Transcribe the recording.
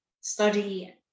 study